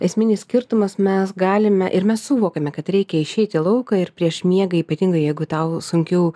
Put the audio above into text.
esminis skirtumas mes galime ir mes suvokiame kad reikia išeiti į lauką ir prieš miegą ypatingai jeigu tau sunkiau